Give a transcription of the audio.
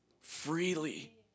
Freely